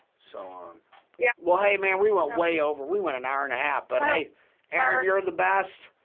so um yeah well hey man we went way over we went an hour and a half but hey erin you're the best